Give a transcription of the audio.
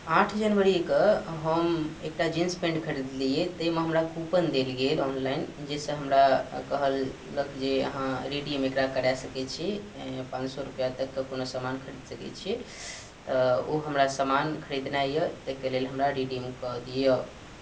आठ जनवरी कऽ हम एकटा जींस पेंट खरीदलियै ताहिमे हमरा कूपन देल गेल ऑनलाइन जाहिसँ हमरा कहलक जे अहाँ रिडीम एकरा करा सकै छी पाॅंच सए रूपैआ तक के कोनो समान खरीद सकै छी तऽ ओ हमरा समान खरीदनाइ अछि ताहिके लेल हमरा रिडीम कऽ दिअ